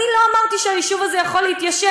אני לא אמרתי שהיישוב הזה יכול להתיישב,